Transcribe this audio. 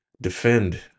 defend